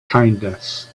kindness